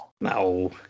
no